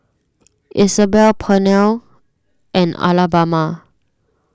Isabel Pernell and Alabama